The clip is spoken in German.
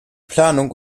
planung